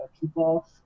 people